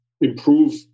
improve